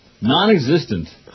Non-existent